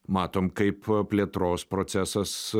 matom kaip plėtros procesas